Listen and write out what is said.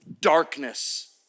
darkness